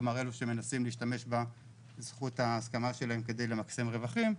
כלומר אלו שמנסים להשתמש בזכות ההסכמה שלהם כדי למקסם רווחים,